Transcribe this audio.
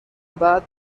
بعد